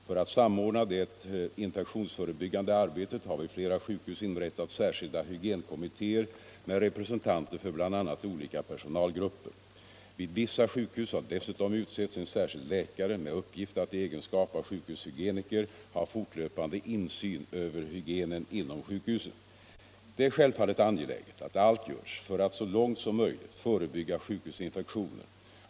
För att samordna det infektionsförebyggande arbetet har vid flera sjukhus inrättats särskilda hygienkommittéer med representanter för bl.a. olika personalgrupper. Vid vissa sjukhus har dessutom utsetts en särskild läkare med uppgift att i egenskap av sjukhushygieniker ha fortlöpande tillsyn över hygienen inom sjukhuset. Det är självfallet angeläget att allt görs för att så långt som möjligt förebygga sjukhusinfektioner.